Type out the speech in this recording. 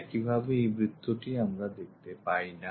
একইভাবে এই বৃত্তটি আমরা দেখতে পাই না